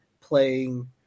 playing